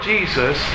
Jesus